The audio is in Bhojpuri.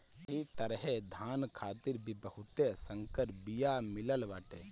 एही तरहे धान खातिर भी बहुते संकर बिया मिलत बाटे